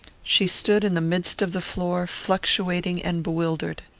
she stood in the midst of the floor, fluctuating and bewildered.